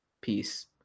Peace